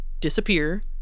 disappear